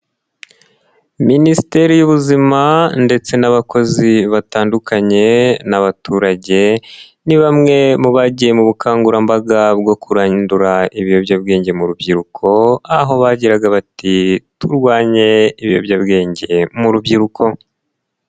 Minisiteri y'Ubuzima ndetse n'abakozi batandukanye n'abaturage ni bamwe mu bagiye mu bukangurambaga bwo kurandura ibiyobyabwenge mu rubyiruko aho bagiraga bati "turwanye ibiyobyabwenge mu rubyiruko".